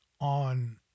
on